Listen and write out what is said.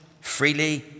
freely